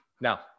Now